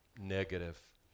negative